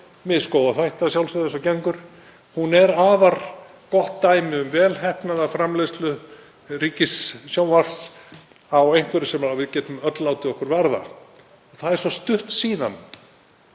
misgóðir þætti að sjálfsögðu eins og gengur, er afar gott dæmi um vel heppnaða framleiðslu ríkissjónvarps á einhverju sem við getum öll látið okkur varða. Það er svo stutt síðan